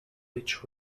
rich